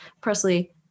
Presley